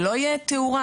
שלא תהיה תאורה?